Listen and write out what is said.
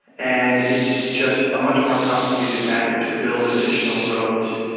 and it's just a much more complicated matter to build additional roads.